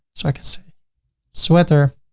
so i can say sweater,